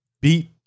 beat